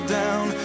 down